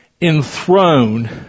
enthroned